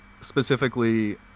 specifically